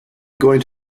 going